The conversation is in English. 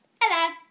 Hello